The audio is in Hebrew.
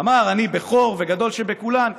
אמר: אני בכור וגדול שבכולן,